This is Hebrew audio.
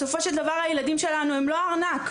בסופו של דבר הילדים שלנו הם לא ארנק.